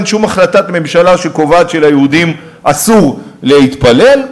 אין שום החלטת ממשלה שקובעת שליהודים אסור להתפלל.